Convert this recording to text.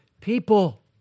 people